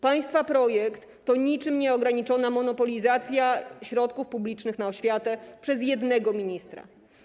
Państwa projekt to niczym nieograniczona monopolizacja środków publicznych na oświatę przez jednego ministra.